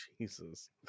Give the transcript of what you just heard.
Jesus